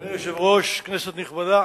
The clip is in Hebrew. אדוני היושב-ראש, כנסת נכבדה,